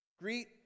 Greet